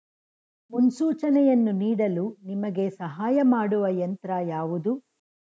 ಮುನ್ಸೂಚನೆಯನ್ನು ನೀಡಲು ನಿಮಗೆ ಸಹಾಯ ಮಾಡುವ ಯಂತ್ರ ಯಾವುದು?